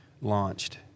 launched